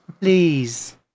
Please